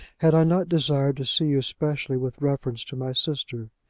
had i not desired to see you specially with reference to my sister.